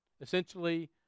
Essentially